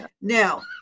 Now